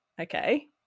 Okay